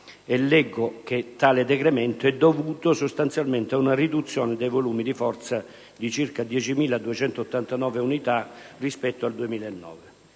Leggo che tale decremento è «dovuto sostanzialmente a una riduzione dei volumi di forza di circa 10.289 unità rispetto al 2009».